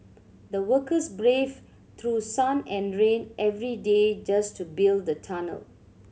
the workers braved through sun and rain every day just to build the tunnel